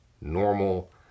normal